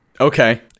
Okay